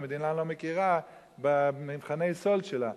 והמדינה לא מכירה במבחני סאלד שלה,